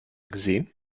gesehen